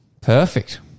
Perfect